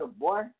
boy